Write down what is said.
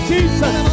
Jesus